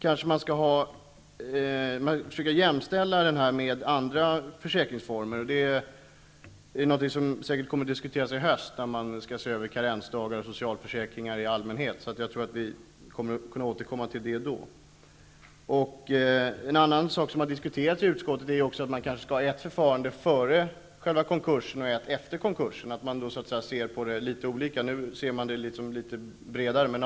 Man skall kanske också försöka jämställa lönegaranti med andra försäkringsformer. Säkerligen kommer detta att diskuteras i höst i samband med översynen av karensdagar och socialförsäkringar i största allmänhet. Vi kan nog återkomma till den frågan senare. I utskottet har vi även diskuterat möjligheten med ett förfarande före konkursen och ett efter, i syfte att kunna se det hela ur ett bredare perspektiv.